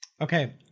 Okay